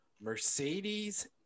Mercedes